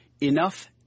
enough